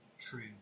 True